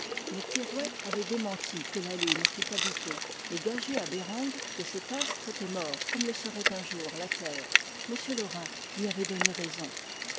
terrouet avait démenti que la lune fût habitée et gagé à bereng que cet astre était mort comme le serait un jour la terre m laurin lui avait donné raison